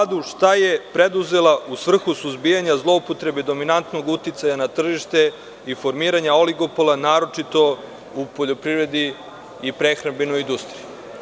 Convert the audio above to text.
Stoga pitam Vladu šta je preduzeća u svrhu suzbijanja zloupotrebe dominantnog uticaja na tržištu i formiranja oligopola, naročito u poljoprivredi i prehrambenoj industriji?